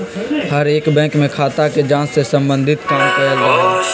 हर एक बैंक में खाता के जांच से सम्बन्धित काम कइल जा हई